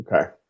Okay